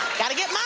gotta get mine.